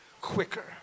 quicker